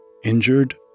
injured